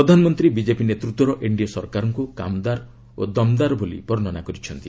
ପ୍ରଧାନମନ୍ତ୍ରୀ ବିଜେପି ନେତୃତ୍ୱର ଏନ୍ଡିଏ ସରକାରଙ୍କୁ କାମ୍ଦାର ଓ ଦମ୍ଦାର ବୋଲି ବର୍ଷ୍ଣନା କରିଛନ୍ତି